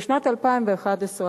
באמצע שנה, באמצע